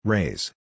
Raise